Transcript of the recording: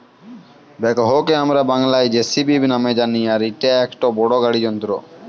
ব্যাকহোকে হামরা বাংলায় যেসিবি নামে জানি আর ইটা একটো বড় গাড়ি যন্ত্র